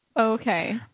Okay